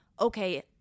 okay